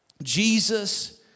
Jesus